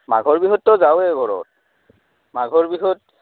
মাঘৰ বিহুতটো যাওঁৱেই ঘৰত মাঘৰ বিহুত